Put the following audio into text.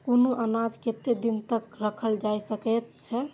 कुनू अनाज कतेक दिन तक रखल जाई सकऐत छै?